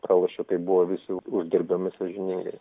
pralošiau tai buvo visi uždirbami sąžiningai